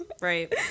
Right